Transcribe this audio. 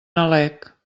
nalec